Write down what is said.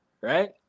right